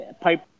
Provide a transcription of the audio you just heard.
pipe